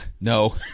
No